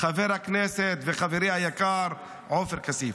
חבר הכנסת וחברי היקר עופר כסיף.